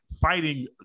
fighting